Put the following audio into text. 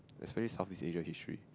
especially Southeast-Asia history